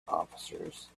officers